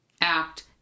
act